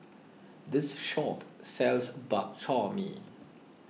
this shop sells Bak Chor Mee